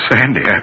Sandy